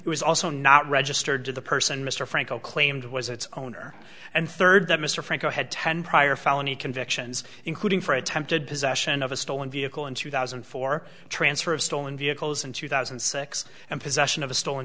it was also not registered to the person mr franco claimed was its owner and third that mr franco had ten prior felony convictions including for attempted possession of a stolen vehicle in two thousand and four transfer of stolen vehicles in two thousand and six and possession of a stolen